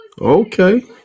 Okay